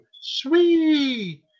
sweet